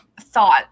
thought